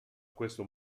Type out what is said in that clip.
questo